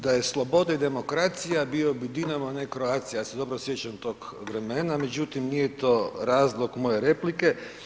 Da je slobode i demokracija bio bi Dinamo, ne Croatia, ja se dobro sjećam tog vremena, međutim nije to razlog moje replike.